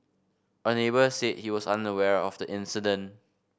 a neighbour said he was unaware of the incident